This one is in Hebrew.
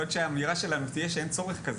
יכול להיות שהאמירה שלנו תהיה שאין צורך כזה,